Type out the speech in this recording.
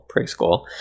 preschool